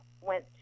went